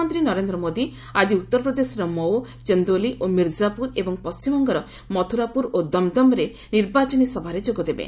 ପ୍ରଧାନମନ୍ତ୍ରୀ ନରେନ୍ଦ୍ର ମୋଦି ଆଜି ଉତ୍ତରପ୍ରଦେଶର ମଉ ଚନ୍ଦୌଲି ଓ ମିର୍କାପୁର ଏବଂ ପଶ୍ଚିମବଙ୍ଗର ମଥୁରାପୁର ଓ ଦମ୍ଦମ୍ରେ ନିର୍ବାଚନୀ ସଭାରେ ଯୋଗଦେବେ